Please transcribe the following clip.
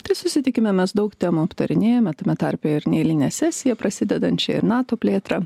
tai susitikime mes daug temų aptarinėjome tame tarpe ir neeilinę sesiją prasidedančią ir nato plėtrą